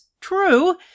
true